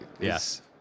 yes